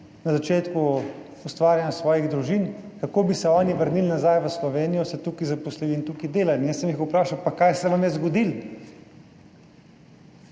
na začetku ustvarjanja svojih družin, kako bi se oni vrnili nazaj v Slovenijo, se tukaj zaposlili in tukaj delali. In jaz sem jih vprašal, pa kaj se vam je zgodilo?